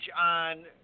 on